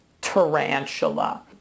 tarantula